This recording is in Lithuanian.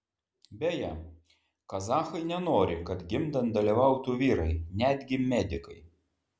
beje kazachai nenori kad gimdant dalyvautų vyrai netgi medikai